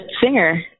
singer